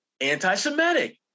anti-Semitic